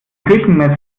küchenmesser